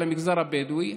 על המגזר הבדואי,